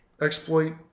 exploit